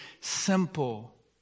simple